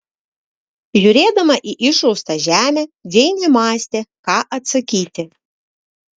žiūrėdama į išraustą žemę džeinė mąstė ką atsakyti